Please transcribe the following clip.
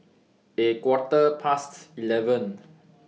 A Quarter Past eleven